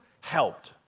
helped